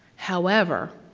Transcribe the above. however,